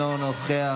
אינו נוכח,